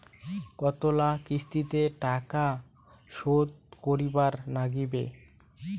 কতোলা কিস্তিতে টাকা শোধ করিবার নাগীবে?